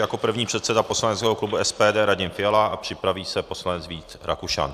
Jako první předseda poslaneckého klubu SPD Radim Fiala a připraví se poslanec Vít Rakušan.